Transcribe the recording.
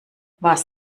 was